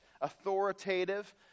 authoritative